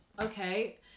okay